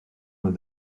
nos